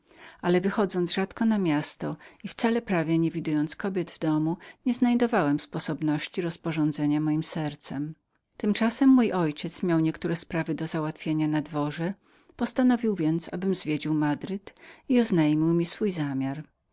ale wychodząc rzadko na miasto i wcale prawie nie widując kobiet nie znajdowałem sposobności rozporządzenia mojem sercem tymczasem mój ojciec miał niektóre sprawy do załatwienia na dworze hiszpańskim postanowił więc abym zwiedził madryt i oświadczył mi swój zamiar